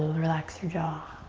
relax your jaw.